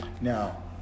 Now